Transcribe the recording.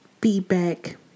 Feedback